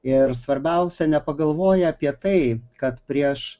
ir svarbiausia nepagalvoja apie tai kad prieš